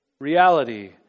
reality